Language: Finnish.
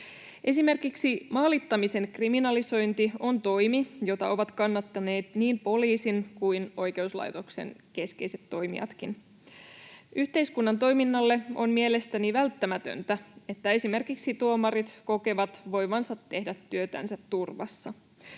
Esimerkiksi maalittamisen kriminalisointi on toimi, jota ovat kannattaneet niin poliisin kuin oikeuslaitoksenkin keskeiset toimijat. Yhteiskunnan toiminnalle on mielestäni välttämätöntä, että esimerkiksi tuomarit kokevat voivansa tehdä työtänsä turvassa.